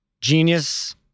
genius